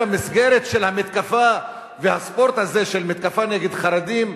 במסגרת המתקפה והספורט הזה של מתקפה נגד חרדים,